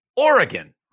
Oregon